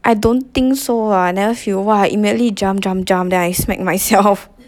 I don't think so ah I never feel !wah! I immediately jump jump jump then I smack myself